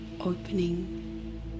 opening